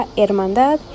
hermandad